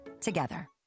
together